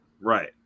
Right